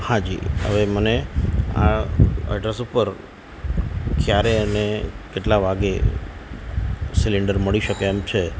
હાજી હવે મને આ એડ્રેસ ઉપર ક્યારે અને કેટલા વાગે સિલિન્ડર મળી શકે એમ છે